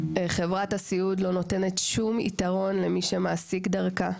חברת הסיעוד לא נותנת שום יתרון למי שמעסיק דרכה.